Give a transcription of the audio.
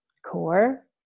core